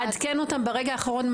מעדכן אותם ברגע האחרון,